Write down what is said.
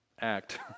act